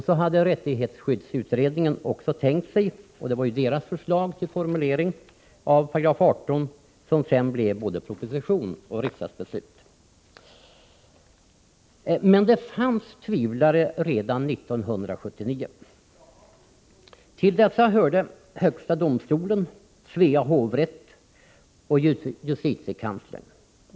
Så hade rättighetsskyddsutredningen tänkt sig, och det var ju dess förslag till formulering av 18 § som sedan blev både proposition och riksdagsbeslut. Det fanns dock många tvivlare redan 1979. Till dessa hörde högsta domstolen, Svea hovrätt och justitiekanslern.